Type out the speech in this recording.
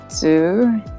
two